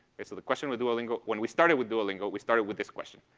okay. so the question with duolingo when we started with duolingo, we started with this question.